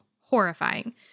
horrifying